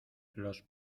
los